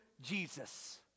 Jesus